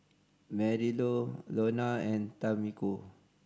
Marylou Launa and Tamiko